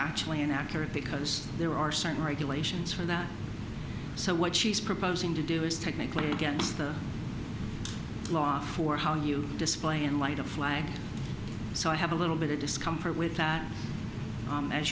actually not because there are certain regulations for that so what she's proposing to do is technically against the law for how you display in light of flag so i have a little bit of discomfort with that